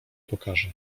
pokaże